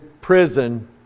prison